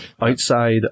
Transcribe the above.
Outside